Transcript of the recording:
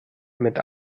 mit